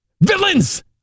VILLAINS